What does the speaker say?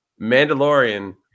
Mandalorian